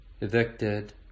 evicted